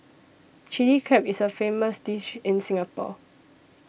Chilli Crab is a famous dish in Singapore